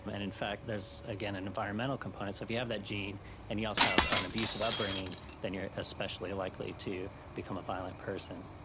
and in fact there is again an environmental component. so if you have that gene and you also have an abusive upbringing then you are especially likely to become a violent person.